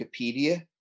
Wikipedia